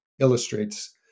illustrates